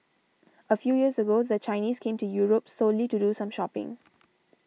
a few years ago the Chinese came to Europe solely to do some shopping